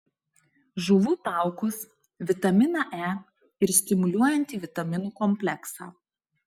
žuvų taukus vitaminą e ir stimuliuojantį vitaminų kompleksą